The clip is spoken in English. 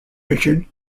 richard